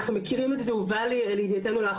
זה נושא שנבחן ממש בימים האלה,